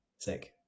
Sick